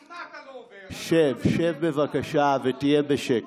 שב, שב בבקשה ותהיה בשקט.